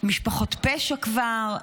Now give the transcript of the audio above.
למשפחות פשע כבר.